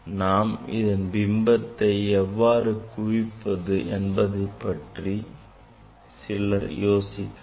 நாம் இதன் பிம்பத்தை எவ்வாறு குவிப்பது என்பதைப் பற்றி சிலர் யோசிக்கலாம்